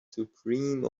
supreme